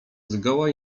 zgoła